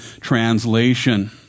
translation